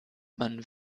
man